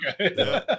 Okay